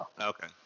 Okay